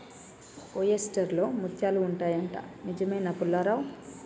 oyster లో ముత్యాలు ఉంటాయి అంట, నిజమేనా పుల్లారావ్